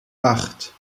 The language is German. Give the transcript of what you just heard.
acht